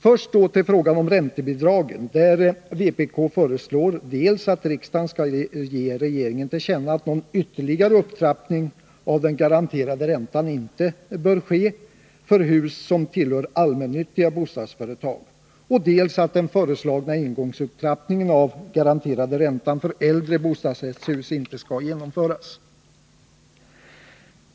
Jag tar då först upp frågan om räntebidragen, där vpk föreslår dels att riksdagen skall ge regeringen till känna att någon ytterligare upptrappning av den garanterade räntan inte bör ske för hus som tillhör allmännyttiga bostadsföretag, dels att den föreslagna engångsupptrappningen av den garanterade räntan för äldre 13 bostadsrättshus inte skall genomföras.